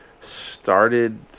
started